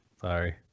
sorry